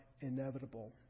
inevitable